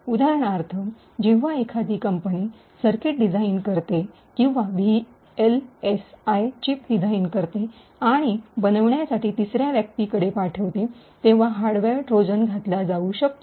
उदाहरणार्थ जेव्हा एखादी कंपनी सर्किट डिझाईन करते किवां व्हीएलएसआई चीप डिझाईन करते आणि बनवण्यासाठी तिसऱ्या व्यक्तीकडे पाठवते तेव्हा हार्डवेअर ट्रोजन घातला जाऊ शकतो